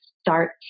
start